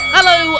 Hello